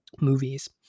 movies